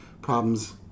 problems